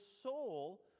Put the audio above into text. soul